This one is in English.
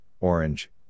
orange